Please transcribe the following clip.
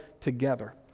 together